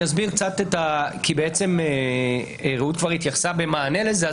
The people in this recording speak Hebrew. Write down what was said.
רעות כבר התייחסה במענה לזה.